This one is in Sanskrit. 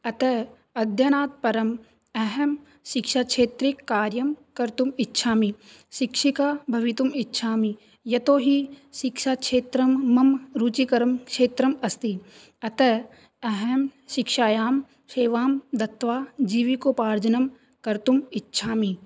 अतः अध्ययनात्परम् अहें शिक्षाक्षेत्रे कार्यं कर्तुम् इच्छामि शिक्षिका भवितुमिच्छामि यतोऽहि शिक्षाक्षेत्रं मम रुचिकरं क्षेत्रम् अस्ति अतः अहें शिक्षायां सेवां दत्वा जीविकोपार्जनं कर्तुम् इच्छामि